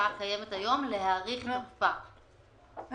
להאריך את תוקפה של